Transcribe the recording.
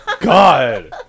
God